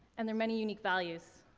and their many unique values.